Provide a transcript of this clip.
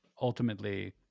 ultimately